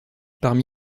parmi